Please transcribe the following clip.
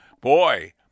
Boy